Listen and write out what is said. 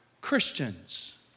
Christians